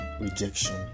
rejection